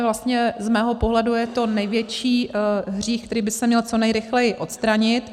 vlastně z mého pohledu je to největší hřích, který by se měl co nejrychleji odstranit.